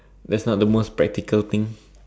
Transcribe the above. that's not the most practical things